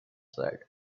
said